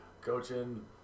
coaching